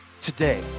today